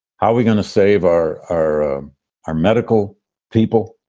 how we're going to save our our our medical people,